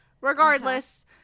regardless